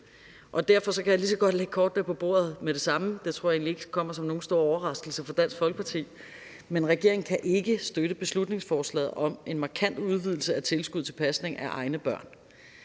derfor kan jeg lige så godt lægge kortene på bordet med det samme – det tror jeg egentlig ikke kommer som nogen overraskelse for Dansk Folkeparti – og sige, at regeringen ikke kan støtte beslutningsforslaget om en markant udvidelse af tilskuddet til pasning af egne børn.